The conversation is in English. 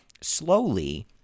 slowly